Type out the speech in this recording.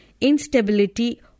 instability